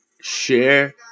share